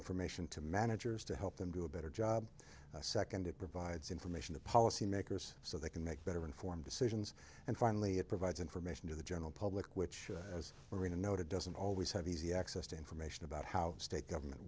information to managers to help them do a better job second it provides information to policymakers so they can make better informed decisions and finally it provides information to the general public which as arena noted doesn't always have easy access to information about how state government